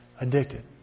addicted